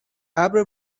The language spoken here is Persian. ابر